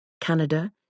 Canada